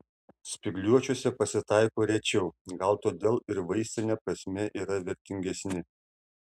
spygliuočiuose pasitaiko rečiau gal todėl ir vaistine prasme yra vertingesni